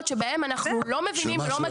שבהם אנחנו לא מבינים ולא מכירים את החוק.